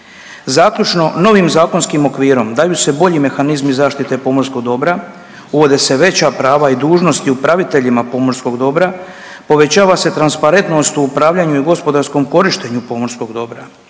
Zaključno, novim zakonskim okvirom daju se bolji mehanizmi zaštite pomorskog dobra, uvode se veća prava i dužnosti upraviteljima pomorskog dobra, povećava se transparentnost u upravljanju i gospodarskom korištenju pomorskog dobra,